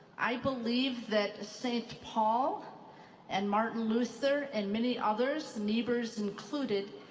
i believe that st. paul and martin luther and many others, neighbors included,